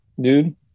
dude